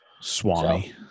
swami